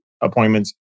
appointments